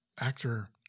actor